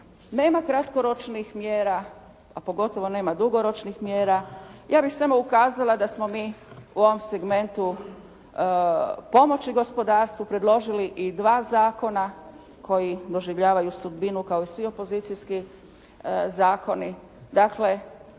Nema kratkoročnih mjera a pogotovo nema dugoročnih mjera. Ja bih samo ukazala da smo mi u ovom segmentu pomoći gospodarstvu predložili i dva zakona koji doživljavaju sudbinu kao i svi opozicijski zakoni,